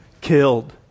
killed